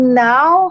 now